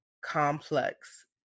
complex